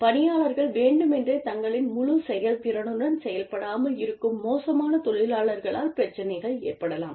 பணியாளர்கள் வேண்டுமென்றே தங்களின் முழு செயல்திறனுடன் செயல்படாமல் இருக்கும் மோசமான தொழிலாளர்களால் பிரச்சனைகள் ஏற்படலாம்